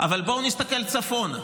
אבל בואו נסתכל צפונה.